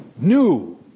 new